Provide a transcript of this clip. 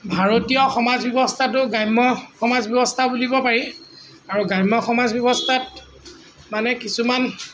ভাৰতীয় সমাজ ব্যৱস্থাটো গ্ৰাম্য সমাজ ব্যৱস্থা বুলিব পাৰি আৰু গ্ৰাম্য সমাজ ব্যৱস্থাত মানে কিছুমান